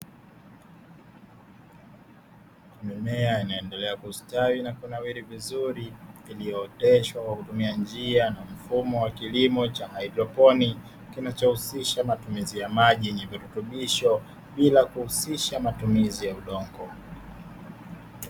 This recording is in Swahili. Mimea inaendelea kustawi na kunawiri vizuri iliyooteshwa kwa kutumia njia na mfumo wa kilimo cha haidroponi; kinachohusisha matumizi ya maji yenye virutubisho bila kuhusisha matumizi ya udongo.